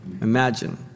imagine